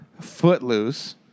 Footloose